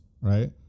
Right